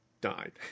died